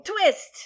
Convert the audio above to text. Twist